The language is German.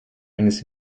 eines